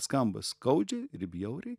skamba skaudžiai ir bjauriai